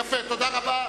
יפה, תודה רבה.